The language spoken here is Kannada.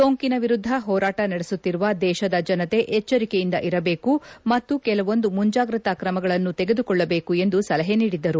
ಸೋಂಕಿನ ವಿರುದ್ದ ಹೋರಾಟ ನಡೆಸುತ್ತಿರುವ ದೇಶದ ಜನತೆ ಎಚ್ಷರಿಕೆಯಿಂದ ಇರಬೇಕು ಮತ್ತು ಕೆಲವೊಂದು ಮುಂಜಾಗ್ರತಾ ಕ್ರಮಗಳನ್ನು ತೆಗೆದುಕೊಳ್ಳಬೇಕು ಎಂದು ಸಲಹೆ ನೀಡಿದ್ದರು